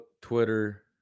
Twitter